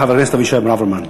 חבר הכנסת אבישי ברוורמן.